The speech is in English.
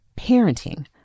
parenting